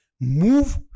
move